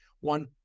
One